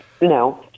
No